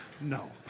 No